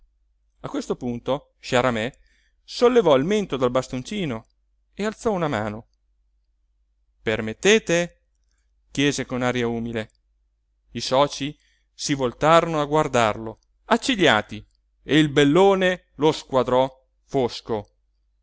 a questo punto sciaramè sollevò il mento dal bastoncino e alzò una mano permettete chiese con aria umile i socii si voltarono a guardarlo accigliati e il bellone lo squadrò fosco